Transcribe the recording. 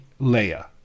Leia